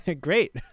Great